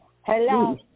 Hello